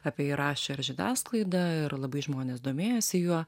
apie jį rašė ir žiniasklaida yra labai žmonės domėjosi juo